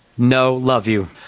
no love you.